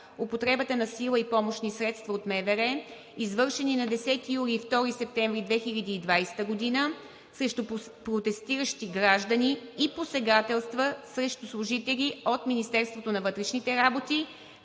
употребата на сила и помощни средства от МВР, извършени на 10 юли и 2 септември 2020 г. срещу протестиращи граждани и посегателства срещу служители от Министерството на вътрешните работи,